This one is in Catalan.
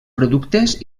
productes